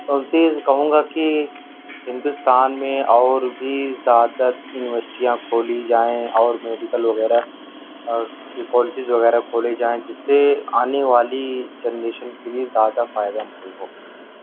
ان سے کہوں گا کہ ہندوستان میں اور بھی زیادہ یونیورسٹیاں کھولی جائیں اور میڈیکل وغیرہ اور کالجز وغیرہ کھولے جائیں جس سے آنے والی جنریشن کے لیے زیادہ فائدہ مند ہو